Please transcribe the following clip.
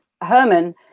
Herman